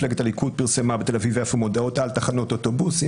מפלגת הליכוד פרסמה בתל אביב יפו מודעות על תחנות אוטובוסים